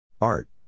Art